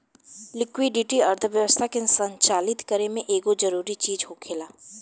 liquidity अर्थव्यवस्था के संचालित करे में एगो जरूरी चीज होखेला